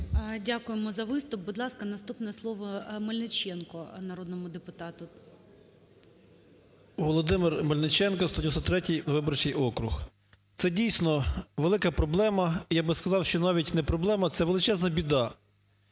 Дякуємо за виступ. Будь ласка, наступне слово - Мельниченку, народному депутату 13:47:20 МЕЛЬНИЧЕНКО В.В. Володимир Мельниченко, 193 виборчий округ. Це дійсно велика проблема. І я би сказав, що навіть не проблема, це величезна біда.